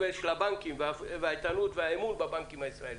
לבנקים, להתנהלות ולאמון בבנקים הישראליים.